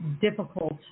difficult